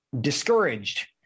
discouraged